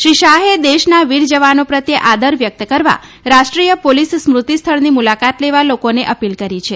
શ્રી શાહે દેશના વીરજવાનો પ્રત્યે આદર વ્યકત કરવા રાષ્ટ્રીય પોલીસ સ્મૃતિ સ્થળની મુલાકાત લેવા લોકોને અપીલ કરી છે